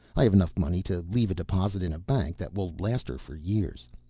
i have enough money to leave a deposit in a bank that will last her for years.